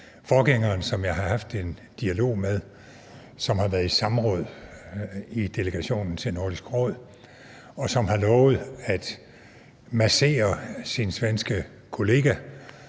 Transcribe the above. forgængeren, som jeg har haft en dialog med, som har været i samråd i delegationen til Nordisk Råd, og som har lovet at massere sin svenske kollega,